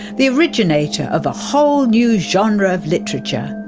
the originator of a whole new genre of literature,